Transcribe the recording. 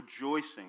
rejoicing